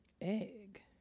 egg